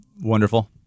Wonderful